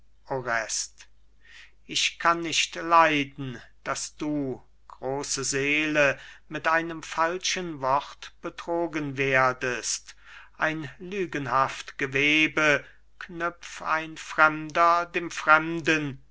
ich kann nicht leiden daß du große seele mit einem falschen wort betrogen werdest ein lügenhaft gewebe knüpf ein fremder dem fremden